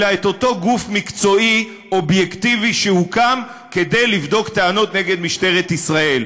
של אותו גוף מקצועי אובייקטיבי שהוקם כדי לבדוק טענות נגד משטרת ישראל.